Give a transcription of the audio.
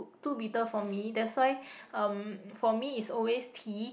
too bitter for me that's why um for me it's always tea